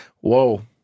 Whoa